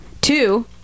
Two